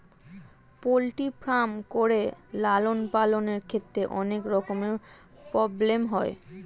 poultry farm করে লালন পালনের ক্ষেত্রে অনেক রকমের প্রব্লেম হয়